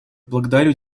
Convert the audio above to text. благодарю